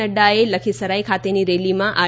નફાએ લખીસરાઈ ખાતેની રેલીમાં આર